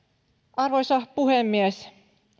arvoisa puhemies